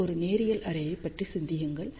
இந்த ஒரு நேரியல் அரேயைப் பற்றி சிந்தியுங்கள்